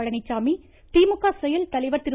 பழனிச்சாமி திமுக செயல்தலைவர் திரு